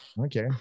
Okay